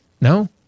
No